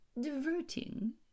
diverting